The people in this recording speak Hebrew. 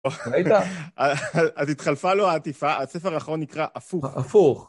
אז התחלפה לו העטיפה, הספר האחרון נקרא הפוך.